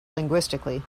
linguistically